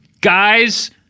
guys